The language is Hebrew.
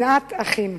שנאת אחים.